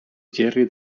gerri